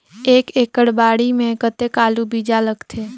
एक एकड़ बाड़ी मे कतेक आलू बीजा लगथे?